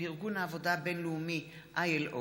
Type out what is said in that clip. שנת הלימודים כיום בחירה),